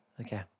Okay